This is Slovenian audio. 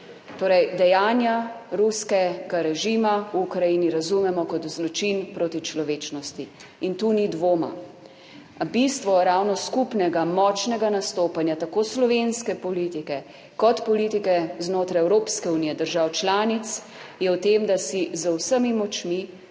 torej dejanja ruskega režima v Ukrajini razumemo kot zločin proti človečnosti in tu ni dvoma. Bistvo ravno skupnega močnega nastopanja tako slovenske politike kot politike znotraj Evropske unije, držav članic je v tem, da si z vsemi močmi